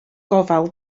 gofal